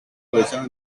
posición